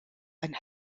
and